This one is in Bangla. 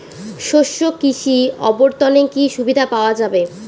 শস্য কৃষি অবর্তনে কি সুবিধা পাওয়া যাবে?